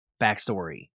backstory